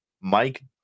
Mike